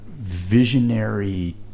visionary